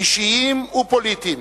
אישיים ופוליטיים,